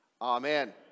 Amen